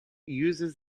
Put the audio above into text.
uses